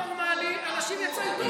במתווה נורמלי אנשים יצייתו.